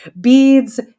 Beads